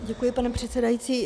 Děkuji, pane předsedající.